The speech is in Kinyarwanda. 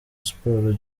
sports